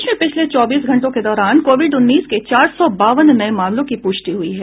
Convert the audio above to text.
प्रदेश में पिछले चौबीस घंटों के दौरान कोविड उन्नीस के चार सौ बावन नये मामलों की पुष्टि हुई है